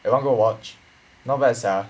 eh want go and watch not bad sia